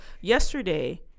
yesterday